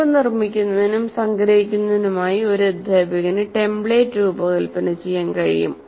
കുറിപ്പ് നിർമ്മിക്കുന്നതിനും സംഗ്രഹിക്കുന്നതിനുമായി ഒരു അധ്യാപകന് ടെംപ്ലേറ്റ് രൂപകൽപ്പന ചെയ്യാൻ കഴിയും